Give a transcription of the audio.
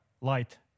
light